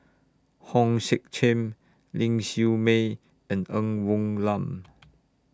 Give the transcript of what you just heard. Hong Sek Chern Ling Siew May and Ng Woon Lam